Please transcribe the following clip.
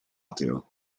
ateo